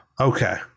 Okay